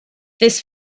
this